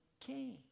king